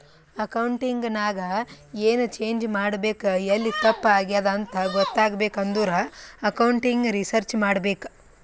accounting ನಾಗ್ ಎನ್ change ಮಾಡ್ಬೇಕ್ ಎಲ್ಲಿ ತಪ್ಪ ಆಗ್ಯಾದ್ ಅಂತ ಗೊತ್ತಾಗ್ಬೇಕ ಅಂದುರ್ ಅಕೌಂಟಿಂಗ್ ರಿಸರ್ಚ್ ಮಾಡ್ಬೇಕ್